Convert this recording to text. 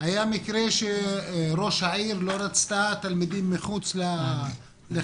היה מקרה שראשת העיר לא רצתה תלמידים מחוץ לחיפה,